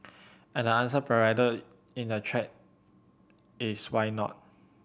and the answer provided in the thread is why not